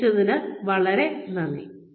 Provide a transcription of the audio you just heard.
ശ്രദ്ധിച്ചതിന് വളരെ നന്ദി